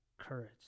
courage